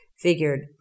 figured